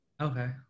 Okay